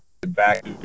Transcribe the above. back